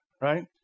right